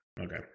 okay